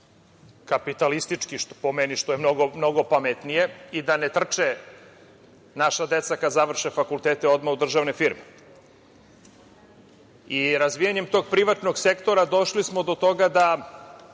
kapitalistički, po meni, što je mnogo pametnije i da ne trče naša deca kad završe fakultete odmah u državne firme. Razvijanjem tog privatnog sektora došli smo do toga da